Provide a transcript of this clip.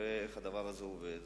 נראה איך הדבר הזה עובד.